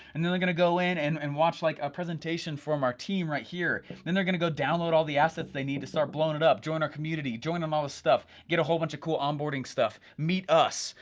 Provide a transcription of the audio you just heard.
and then they're gonna go in and and watch like a presentation from our team right here. and then they're gonna go download all the assets they need to start blowing it up, join our community, join on all this stuff, get a whole bunch of cool onboarding stuff, meet us,